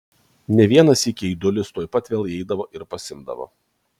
ne vieną sykį aidulis tuoj pat vėl įeidavo ir pasiimdavo